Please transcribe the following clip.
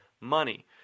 money